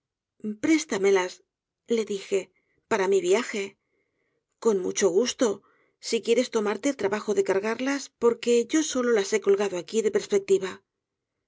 préstamelas le dije para mi viaje con mucho gusto si quieres tomarte el trabajo de cargarlas porque yo solo las he colgado aqui de